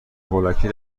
هولکی